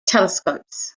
telescopes